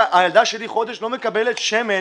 הילדה שלי כבר חודש לא מקבלת שמן